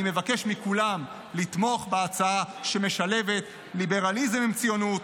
אני מבקש מכולם לתמוך בהצעה שמשלבת ליברליזם עם ציונות,